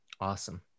awesome